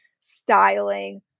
styling